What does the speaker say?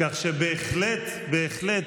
כך שבהחלט, בהחלט,